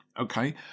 okay